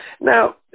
Now